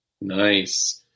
Nice